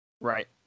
Right